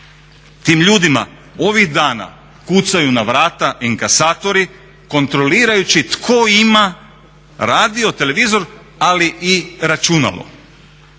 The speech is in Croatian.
Tim ljudima ovih dana kucaju na vrata inkasatori kontrolirajući tko ima radio, televizor ali i računalo.